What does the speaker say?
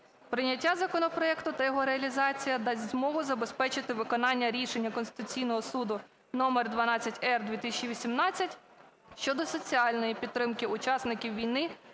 Прийняття законопроекту та його реалізація дасть змогу забезпечити виконання рішення Конституційного Суду номер 12-р/ 2018 щодо соціальної підтримки учасників війни,